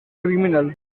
criminal